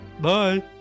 Bye